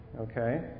Okay